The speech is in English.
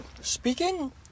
Speaking